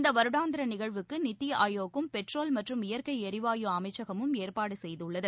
இந்த வருடாந்திர நிகழ்வுக்கு நித்தி ஆயோக்கும் பெட்ரோல் மற்றும் இயற்கை ளரிவாயு அமைச்சகமும் ஏற்பாடு செய்துள்ளது